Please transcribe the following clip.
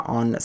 on